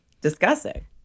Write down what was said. discussing